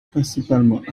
principalement